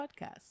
podcast